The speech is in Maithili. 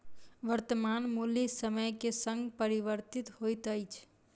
वर्त्तमान मूल्य समय के संग परिवर्तित होइत अछि